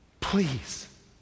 Please